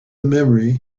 memory